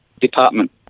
department